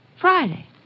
Friday